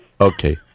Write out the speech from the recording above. Okay